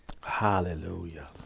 Hallelujah